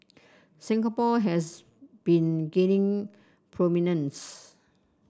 Singapore has been gaining prominence